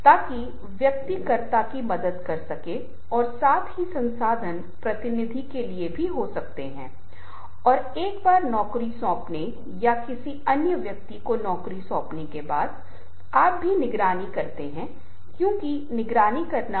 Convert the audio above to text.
ठीक है इसलिए मैंआपको एक उदाहरण दूंगा मान लीजिए कि मैं जंगल की आग लिखता हूं ठीक है यह मेरा केंद्रीय अंक है इसलिए जंगल की आग में 5 7 अलग अलग अंक हो सकते हैं जैसे जंगल की आग के कारण उसका प्रभाव जंगल की आग की रोकथाम के सुझाव